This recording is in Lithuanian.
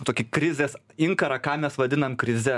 tokį krizės inkarą ką mes vadinam krize